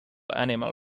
animal